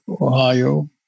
Ohio